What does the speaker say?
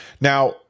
Now